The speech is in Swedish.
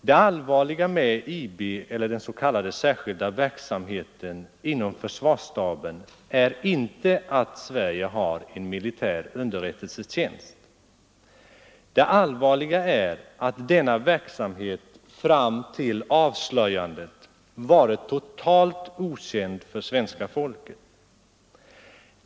Det allvarliga med IB eller den s.k. särskilda verksamheten inom försvarsstaben är inte att Sverige har en militär underrättelsetjänst. Det allvarliga är att denna verksamhet fram till avslöjandet varit totalt okänd för svenska folket.